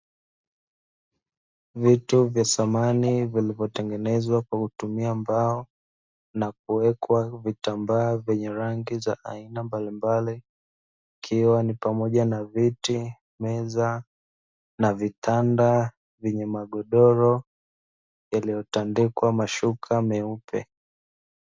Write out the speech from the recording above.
Vitu vya samani vilivyotengenezwa kwa kutumia mbao na kuwekwa vitambaa, vyenye rangi za aina mbalimbali, ikiwa na pamoja na viti meza na vitanda vyenye magodoro yaliotandikwa mashuka meupe.